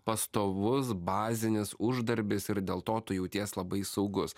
pastovus bazinis uždarbis ir dėl to tu jauties labai saugus